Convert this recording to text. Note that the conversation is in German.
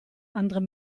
andere